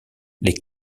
les